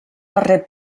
darrer